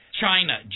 China